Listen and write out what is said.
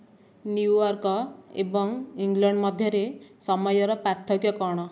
New York ଏବଂ England ମଧ୍ୟରେ ସମୟର ପାର୍ଥକ୍ୟ କ'ଣ